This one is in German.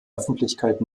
öffentlichkeit